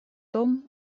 том